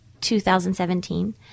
2017